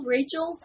Rachel